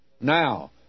Now